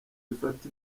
zifata